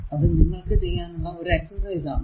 അത് നിങ്ങൾക്കു ചെയ്യാനുള്ള ഒരു എക്സർസൈസ് ആണ്